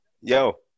Yo